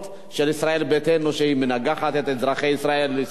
של ישראל ביתנו שמנגחת את אזרחי ישראל.